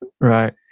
Right